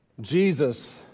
Jesus